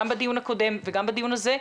גם בדיון הקודם וגם בדיון הזה.